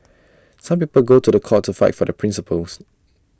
some people go to The Court to fight for their principles